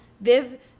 Viv